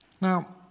Now